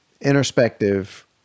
introspective